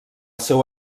seu